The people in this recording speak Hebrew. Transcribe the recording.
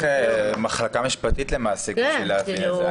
צריך מחלקה משפטית, למעשה, כדי להבין את זה.